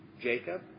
Jacob